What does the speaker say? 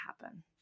happen